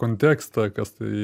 kontekstą kas tai